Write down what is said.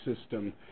system